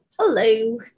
Hello